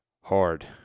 hard